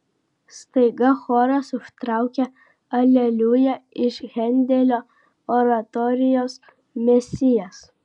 staiga choras užtraukė aleliuja iš hendelio oratorijos mesijas